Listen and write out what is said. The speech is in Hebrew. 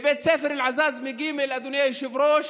בבית ספר אל-עזאזמה ג', אדוני היושב-ראש,